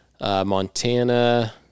Montana